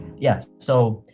yes, so,